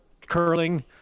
curling